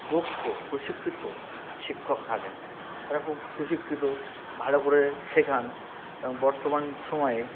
দক্ষ প্রশিক্ষিত শিক্ষক থাকেন তারা খুব সুশিক্ষিত ভালো করে শেখান এবং বর্তমান সময়ে